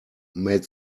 made